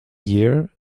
year